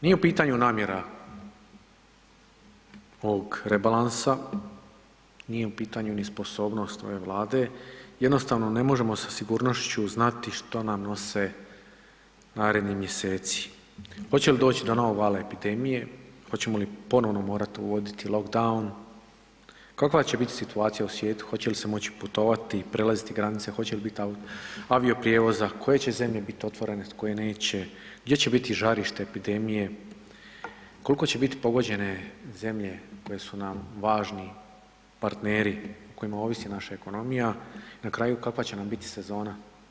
Nije u pitanju namjera ovog rebalansa, nije u pitanju ni sposobnost ove Vlade, jednostavno ne možemo sa sigurnošću znati što nam nose naredni mjeseci, hoće li doći do novog vala epidemije, hoćemo li ponovno morat uvoditi longdown, kakva će biti situacija u svijetu, hoće li se moći putovati i prelaziti granice, hoće li bit avioprijevoza, koje će zemlje bit otvorene koje neće, gdje će biti žarište epidemije, koliko će bit pogođene zemlje koji su nam važni partneri o kojima ovisi naša ekonomija i na kraju kakva će nam bit sezona?